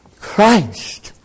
Christ